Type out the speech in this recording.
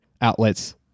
outlets